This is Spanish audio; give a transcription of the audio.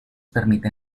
permiten